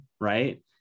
right